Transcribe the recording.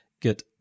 get